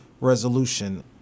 resolution